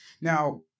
Now